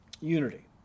Unity